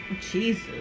Jesus